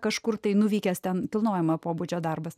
kažkur tai nuvykęs ten kilnojamo pobūdžio darbas